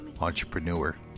Entrepreneur